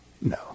No